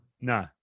No